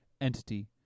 entity